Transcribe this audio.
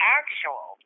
actual